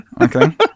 Okay